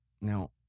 Now